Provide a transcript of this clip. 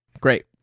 Great